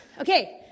Okay